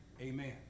amen